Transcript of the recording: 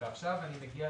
עכשיו אני מגיע